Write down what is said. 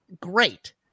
great